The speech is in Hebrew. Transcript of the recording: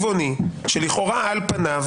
שלכאורה, על פניו